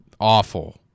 Awful